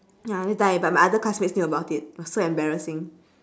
ya but my other classmates knew about it it was so embarrassing